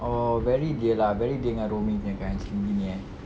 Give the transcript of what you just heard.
oh very dia lah very dengan kind macam gini eh